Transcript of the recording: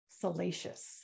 salacious